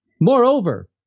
Moreover